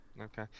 Okay